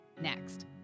next